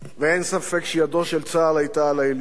ואין ספק שידו של צה"ל היתה על העליונה,